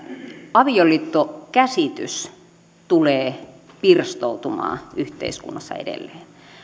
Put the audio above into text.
avioliittokäsitys tulee pirstoutumaan yhteiskunnassa edelleen